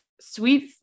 sweet